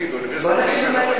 ביישובים הערביים.